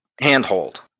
handhold